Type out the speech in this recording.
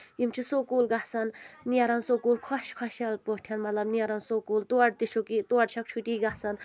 یِم چھِ سکوٗل گژھان نیرَان سکوٗل خۄش خۄشحال پٲٹھۍ مطلب نیرَان سکوٗل توڑِ تہِ چھُکھ یہِ تورٕ چھَکھ چھُٹی گژھان